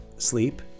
sleep